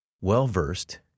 well-versed